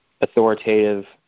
authoritative